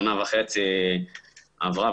שנה וחצי עברה,